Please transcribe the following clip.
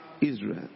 Israel